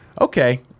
Okay